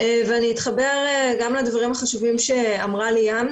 ואני אתחבר גם לדברים החשובים שאמרה ליאם,